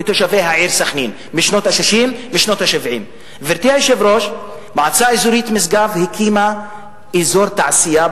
לפי הלשכה המרכזית לסטטיסטיקה,